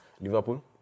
Liverpool